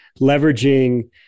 leveraging